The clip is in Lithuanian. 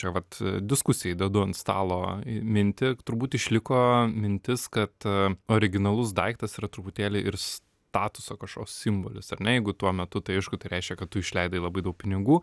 čia vat diskusijai dedu ant stalo mintį turbūt išliko mintis kad originalus daiktas yra truputėlį ir statuso kažkoks simbolis ar ne jeigu tuo metu tai aišku tai reiškia kad tu išleidai labai daug pinigų